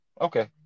okay